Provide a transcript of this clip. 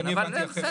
אני הבנתי אחרת.